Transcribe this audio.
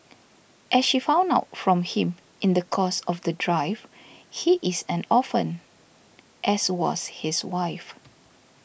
as she found out from him in the course of the drive he is an orphan as was his wife